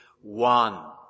one